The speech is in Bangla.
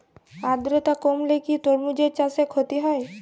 আদ্রর্তা কমলে কি তরমুজ চাষে ক্ষতি হয়?